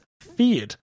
feared